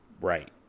Right